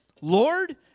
Lord